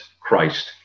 Christ